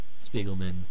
Spiegelman